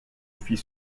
fit